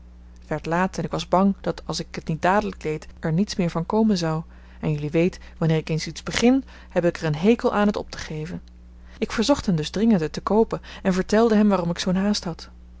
werd laat en ik was bang dat als ik het niet dadelijk deed er niets meer van komen zou en jullie weet wanneer ik eens iets begin heb ik er een hekel aan het op te geven ik verzocht hem dus dringend het te koopen en vertelde hem waarom ik zoo'n haast had